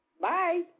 Bye